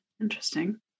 Interesting